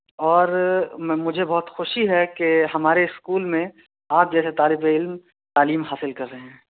اور مجھے بہت خوشی ہے کہ ہمارے اسکول میں آپ جیسا طالب علم تعلیم حاصل کر رہے ہیں